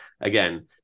Again